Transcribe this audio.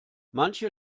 manche